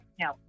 no